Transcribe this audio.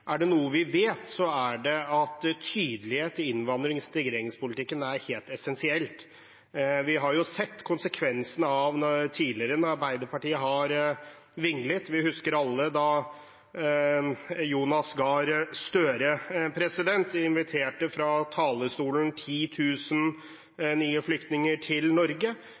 er det noe vi vet, er det at tydelighet i innvandrings- og integreringspolitikken er helt essensielt. Vi har sett konsekvensene tidligere når Arbeiderpartiet har vinglet. Vi husker alle da Jonas Gahr Støre fra talerstolen inviterte 10 000 nye flyktninger til Norge,